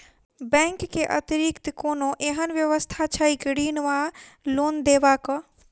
Bank केँ अतिरिक्त कोनो एहन व्यवस्था छैक ऋण वा लोनदेवाक?